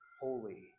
holy